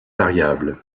variable